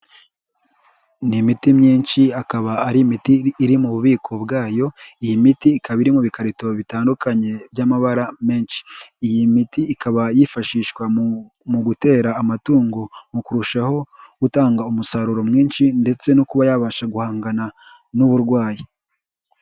Ni imiti myinshi akaba ari imitiri iri mu bubiko bwayo, iyi miti ikaba iri mu bikarito bitandukanye by'amabara menshi, iyi miti ikaba yifashishwa mu gutera amatungo mu kurushaho gutanga umusaruro mwinshi ndetse no kuba yabasha guhangana n'uburwayi.